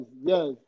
yes